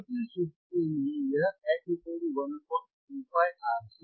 आवृत्ति सूत्र के लिए यह f 1 2πRC है